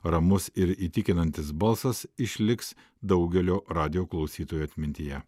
ramus ir įtikinantis balsas išliks daugelio radijo klausytojų atmintyje